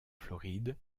floride